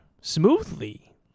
Smoothly